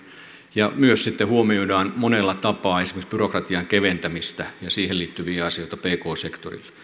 ja myös huomioidaan monella tapaa esimerkiksi byrokratian keventämistä ja siihen liittyviä asioita pk sektorilla